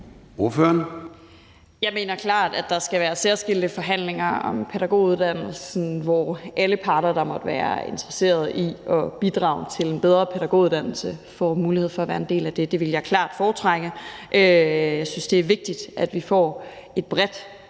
Jeg mener klart, at der skal være særskilte forhandlinger om pædagoguddannelsen, hvor alle parter, der måtte være interesseret i at bidrage til en bedre pædagoguddannelse, får mulighed for at være en del af det. Det ville jeg klart foretrække. Jeg synes, det er vigtigt, at vi får et bredt